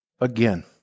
Again